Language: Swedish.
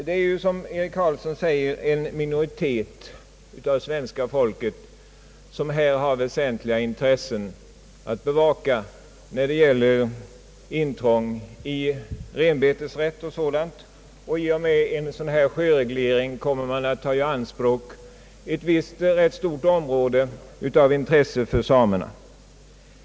Det är, som herr Carlsson säger, en liten minoritet av svenska folket som har väsentliga intressen att bevaka när det gäller intrång i renbetesrätt och sådant, och i och med sjöregleringen kommer man att ta i anspråk ett rätt stort område av betydelse för samerna.